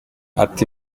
ati